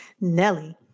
Nelly